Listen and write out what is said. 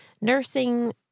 nursing